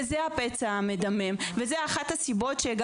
אז זה הפצע המדמם וזו אחת הסיבות שבגללה